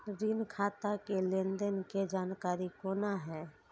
ऋण खाता के लेन देन के जानकारी कोना हैं?